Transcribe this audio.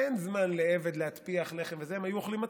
ואין זמן לעבד להתפיח לחם, אז הם היו אוכלים מצות.